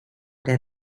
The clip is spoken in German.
der